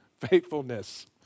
faithfulness